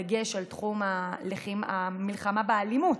בדגש על תחום המלחמה באלימות,